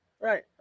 Right